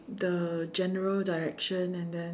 the general direction and then